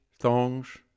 thongs